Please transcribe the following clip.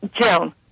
Joan